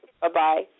bye-bye